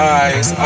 eyes